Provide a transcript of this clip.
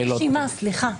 יש רשימה, סליחה.